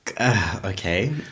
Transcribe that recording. Okay